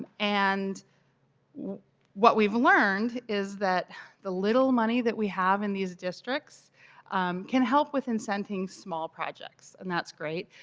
and what we have learned is that the little money that we have in these districts can help with in centing small projects. and that's great.